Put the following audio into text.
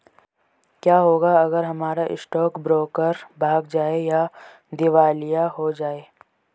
क्या होगा अगर हमारा स्टॉक ब्रोकर भाग जाए या दिवालिया हो जाये?